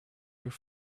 your